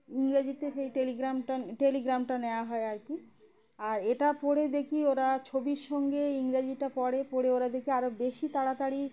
ইংরাজিতে সেই টেলিগ্রাফটা টেলিগ্রাফটা নেওয়া হয় আর কি আর এটা পড়ে দেখি ওরা ছবির সঙ্গে ইংরাজিটা পড়ে পড়ে ওরা দেখি আরও বেশি তাড়াতাড়ি